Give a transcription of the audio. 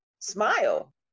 Smile